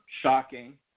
shocking